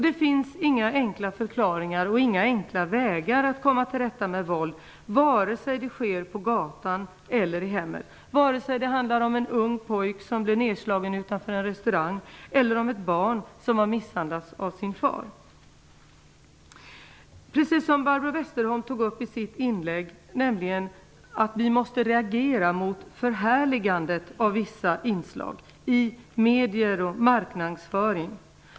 Det finns inga enkla förklaringar och inga enkla vägar att komma till rätta med våld, vare sig det sker på gatan eller i hemmet, vare sig det handlar om en ung pojke som blir nedslagen utanför en restaurang eller ett barn som har misshandlats av sin far. Precis som Barbro Westerholm sade i sitt inlägg måste vi reagera mot förhärligandet av vissa inslag i medier och marknadsföring.